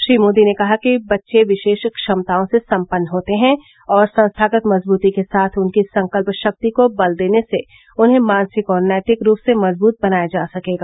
श्री मोदी ने कहा कि बच्चे विशेष क्षमताओं से सम्पन्न होते हैं और संस्थागत मजबूती के साथ उनकी संकल्प शक्ति को बल देने से उन्हें मानसिक और नैतिक रूप से मजबूत बनाया जा सकेगा